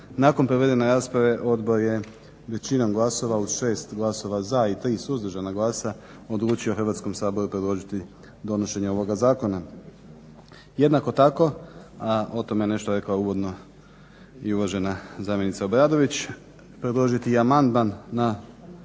nakon provedene rasprave Odbor je većinom glasova od 6 glasova za i 3 suzdržana glasa odlučio Hrvatskom saboru predložiti donošenje ovoga Zakona. Jednako tako, o tome je nešto rekao uvodno i uvažena zamjenica Obradović predložiti i amandman na